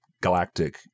galactic